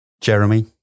Jeremy